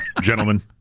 Gentlemen